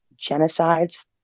genocides